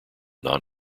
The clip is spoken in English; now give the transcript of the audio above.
non